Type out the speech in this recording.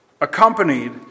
accompanied